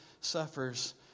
suffers